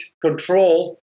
control